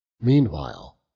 meanwhile